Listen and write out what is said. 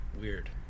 Weird